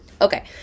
Okay